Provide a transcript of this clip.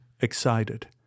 excited